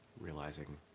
realizing